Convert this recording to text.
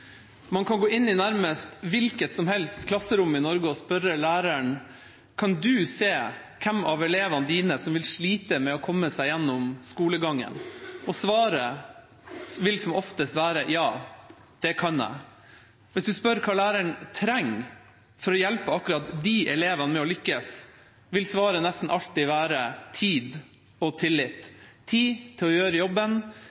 Man kan gå inn i nærmest hvilket som helst klasserom i Norge og spørre læreren: Kan du se hvem av elevene dine som vil slite med å komme seg gjennom skolegangen? Svaret vil som oftest være ja, det kan jeg. Hvis man spør hva læreren trenger for å hjelpe akkurat de elevene med å lykkes, vil svaret nesten alltid være tid og